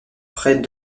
près